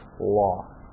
law